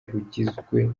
rugizwe